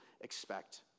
expect